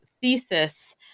thesis